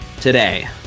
today